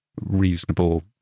reasonable